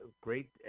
great